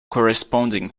corresponding